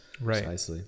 Right